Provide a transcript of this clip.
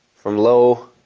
from low,